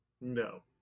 No